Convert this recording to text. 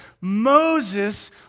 Moses